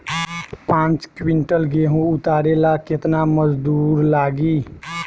पांच किविंटल गेहूं उतारे ला केतना मजदूर लागी?